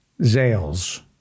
Zales